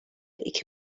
iki